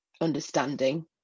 understanding